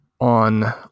on